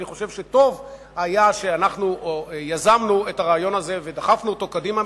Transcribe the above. אני חושב שטוב שאנחנו יזמנו את הרעיון הזה ודחפנו אותו קדימה,